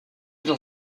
dont